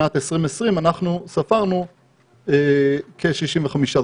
בשנת 2020 ספרנו כ-65,000.